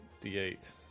D8